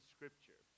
Scripture